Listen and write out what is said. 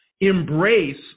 embrace